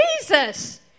Jesus